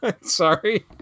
sorry